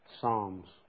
Psalms